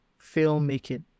filmmaking